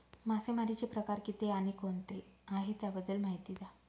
मासेमारी चे प्रकार किती आणि कोणते आहे त्याबद्दल महिती द्या?